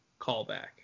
callback